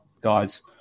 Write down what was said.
guys